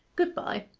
good-bye.